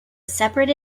separate